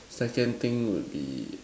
second thing would be